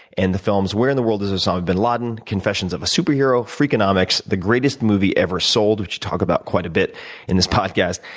and the films where in the world is osama bin laden, confessions of a super hero, freakonomics, the greatest movie ever sold, which we talk about quite a bit in this podcast,